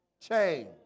change